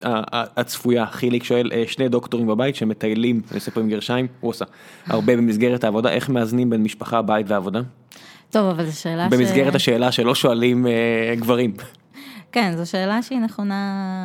הצפויה חיליק שואל שני דוקטורים בבית שמטיילים אני עושה פה עם גרשיים (הוא עושה) הרבה במסגרת העבודה איך מאזנים בין משפחה בית ועבודה. במסגרת השאלה שלא שואלים גברים. כן זו שאלה שהיא נכונה.